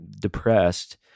depressed